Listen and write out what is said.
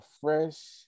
fresh